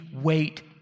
wait